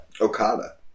Okada